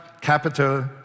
capital